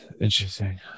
Interesting